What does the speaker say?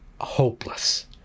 hopeless